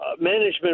management